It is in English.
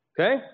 Okay